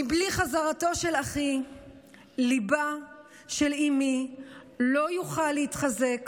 מבלי חזרתו של אחי ליבה של אימי לא יוכל להתחזק,